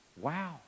Wow